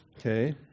Okay